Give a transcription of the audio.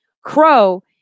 Crow